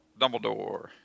Dumbledore